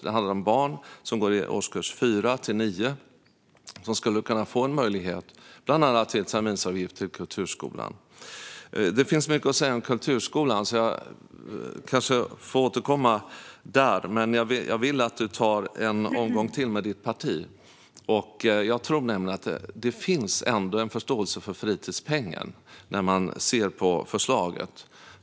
Det handlar om barn i årskurserna 4-9, som skulle kunna få en möjlighet att bland annat betala terminsavgift till kulturskolan. Det finns mycket att säga om kulturskolan, så jag kanske får återkomma till den. Men jag vill att du tar en omgång till med ditt parti. Jag tror nämligen att det ändå finns en förståelse för fritidspengen, om man ser på förslaget.